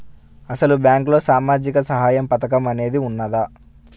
అసలు బ్యాంక్లో సామాజిక సహాయం పథకం అనేది వున్నదా?